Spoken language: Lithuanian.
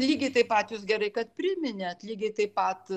lygiai taip pat jūs gerai kad priminėt lygiai taip pat